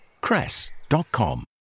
Cress.com